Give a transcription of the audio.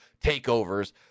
takeovers